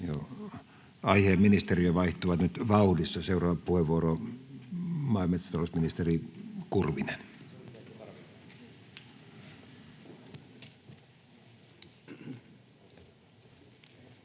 Aihe ja ministeriö vaihtuvat nyt vauhdissa. — Seuraava puheenvuoro, maa- ja metsätalousministeri Kurvinen.